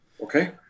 okay